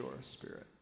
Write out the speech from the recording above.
spirit